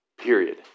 Period